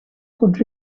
could